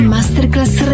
Masterclass